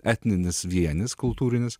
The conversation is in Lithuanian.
etninis vienis kultūrinis